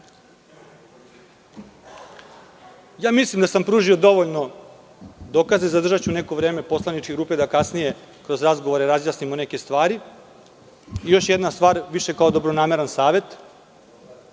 da sam pružio dovoljno dokaza i zadržaću neko vreme poslaničke grupe da kasnije kroz razgovore razjasnimo neke stvari. Još jedna stvar, više kao dobronamerni savet.